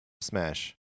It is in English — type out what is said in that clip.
Smash